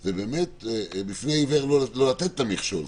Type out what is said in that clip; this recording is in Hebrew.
זה באמת לפני עיוור לא לתת את המכשול,